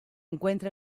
encuentra